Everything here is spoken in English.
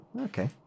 Okay